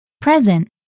Present